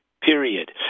period